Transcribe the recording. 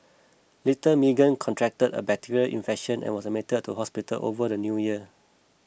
little Meagan contracted a bacterial infection and was admitted to hospital over the New Year